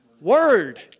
word